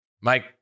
Mike